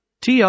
TR